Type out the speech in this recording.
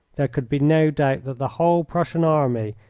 there could be no doubt that the whole prussian army,